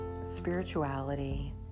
spirituality